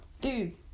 Dude